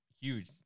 huge